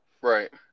Right